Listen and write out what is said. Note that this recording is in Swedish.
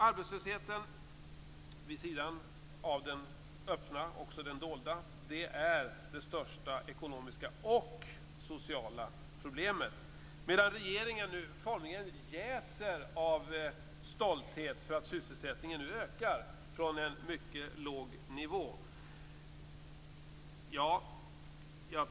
Arbetslösheten, vid sidan av den öppna också den dolda, är det största ekonomiska och sociala problemet, medan regeringen formligen jäser av stolthet för att sysselsättningen nu ökar från en mycket låg nivå.